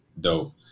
dope